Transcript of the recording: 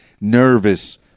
nervous